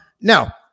now